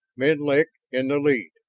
menlik in the lead,